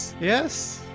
Yes